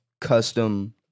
custom